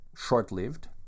short-lived